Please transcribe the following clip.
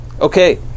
okay